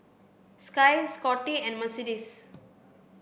Skye Scottie and Mercedes